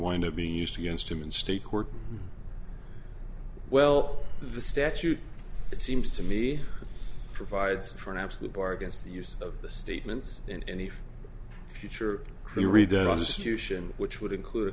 wind up being used against him in state court well the statute it seems to me provides for an absolute bargain to the use of the statements in any future who read that office you ssion which would include a